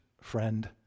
friend